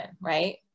right